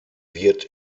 wird